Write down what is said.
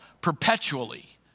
perpetually